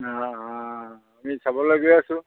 অঁ অঁ আমি চাবলৈ গৈ আছোঁ